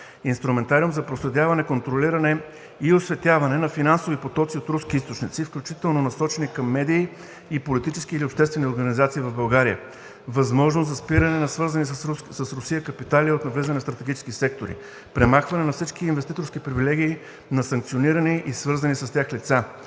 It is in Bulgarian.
инструментариум за проследяване, контролиране и осветяване на финансови потоци от руски източници, включително насочени към медии и политически или обществени организации в България; възможност за спиране на свързани с Русия капитали от навлизане в стратегически сектори; премахване на всички инвеститорски привилегии на санкционирани и свързани с тях лица;